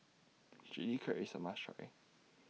Chilli Crab IS A must Try